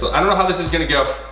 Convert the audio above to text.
but i don't know how this is gonna go.